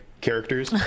characters